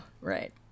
right